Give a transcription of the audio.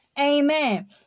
amen